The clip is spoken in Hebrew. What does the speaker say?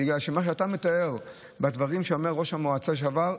בגלל שמה שאתה מתאר בדברים שאומר ראש המועצה לשעבר,